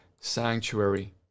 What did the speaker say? sanctuary